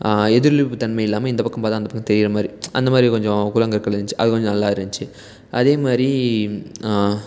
எதிரொளிப்பு தன்மை இல்லாமல் இந்த பக்கம் பார்த்தா அந்த பக்கம் தெரிகிற மாதிரி அந்தமாதிரி கொஞ்சம் கூழாங்கற்கள் இருந்துச்சி அது கொஞ்சம் நல்லா இருந்துச்சி அதேமாதிரி